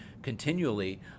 continually